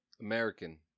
American